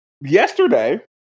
yesterday